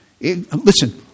Listen